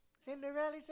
Cinderella